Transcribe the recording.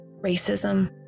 racism